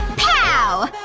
pow!